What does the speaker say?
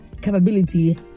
capability